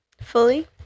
Fully